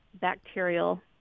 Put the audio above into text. bacterial